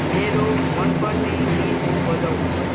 मेरो मन पर्ने गीत बजाउनुहोस्